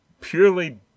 Purely